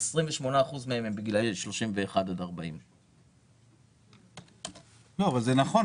ו-28% מהם בגילאי 31 40. נכון,